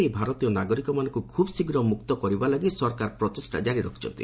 ଏହି ଭାରତୀୟ ନାଗରିକମାନଙ୍କୁ ଖୁବ୍ ଶୀଘ୍ର ମୁକ୍ତ କରିବା ଲାଗି ସରକାର ପ୍ରଚେଷ୍ଟା କାରି ରଖିଛନ୍ତି